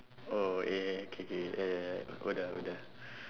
oh K K K K right right oda oda